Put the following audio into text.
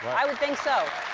i would think so.